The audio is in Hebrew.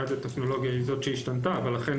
הטכנולוגיה היא זו שהשתנתה ולכן